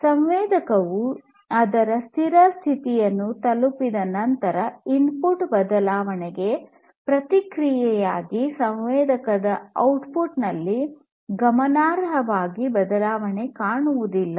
ಸಂವೇದಕವು ಅದರ ಸ್ಥಿರ ಸ್ಥಿತಿಯನ್ನು ತಲುಪಿದ ನಂತರ ಇನ್ಪುಟ್ ಬದಲಾವಣೆಗೆ ಪ್ರತಿಕ್ರಿಯೆಯಾಗಿ ಸಂವೇದಕದ ಔಟ್ಪುಟ್ ನಲ್ಲಿ ಗಮನಾರ್ಹವಾಗಿ ಬದಲಾವಣೆ ಕಾಣುವುದಿಲ್ಲ